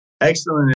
Excellent